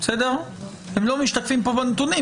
הם לא משתתפים פה בנתונים,